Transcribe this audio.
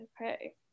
Okay